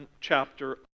chapter